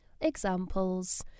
Examples